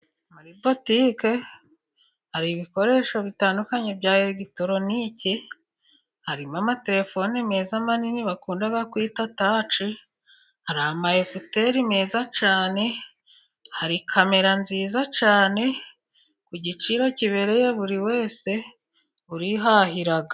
Muri botike hari ibikoresho bitandukanye bya eregitoroniki, hari amatelefone meza manini bakunda kwita taci, hari ama ekoteri meza cyane, hari kamera nziza kandi ku giciro kibereye buri wese wihahira.